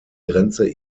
grenze